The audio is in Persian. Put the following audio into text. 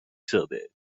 شده